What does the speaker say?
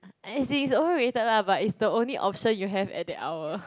as in is overrated lah but is the only option you have at that hour